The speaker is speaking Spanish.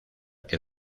que